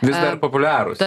vis dar populiarūs